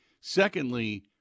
Secondly